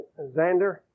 Xander